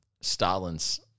Stalin's